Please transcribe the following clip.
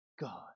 God